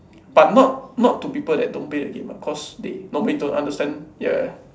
but not not to people that don't play the game ah cause they normally don't understand ya